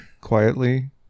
quietly